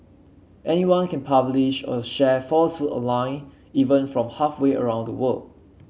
anyone can publish or share falsehood online even from halfway around the world